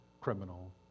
criminal